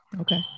okay